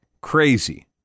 Crazy